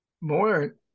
more